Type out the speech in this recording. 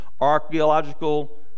Archaeological